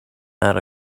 not